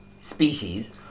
species